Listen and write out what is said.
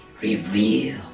reveal